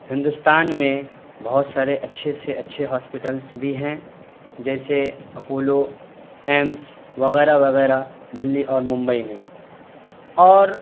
ہندوستان میں بہت سارے اچھے سے اچھے ہاسپٹلس بھی ہیں جیسے اپولو ایمس وغیرہ وغیرہ دلی اور ممبئی میں اور